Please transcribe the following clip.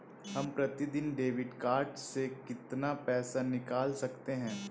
हम प्रतिदिन debit card से कितना पैसा निकाल सकते हैं?